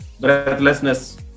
breathlessness